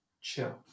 chill